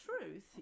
truth